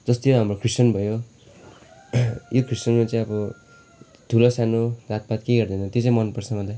जस्तै हाम्रो क्रिस्चियन भयो यो क्रिस्चियनमा चाहिँ अब ठुलो सानो जातपात केही हेर्दैन त्यो चाहिँ मनपर्छ मलाई